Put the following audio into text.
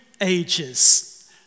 ages